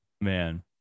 Man